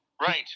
Right